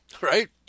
right